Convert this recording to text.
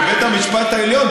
ובית המשפט העליון,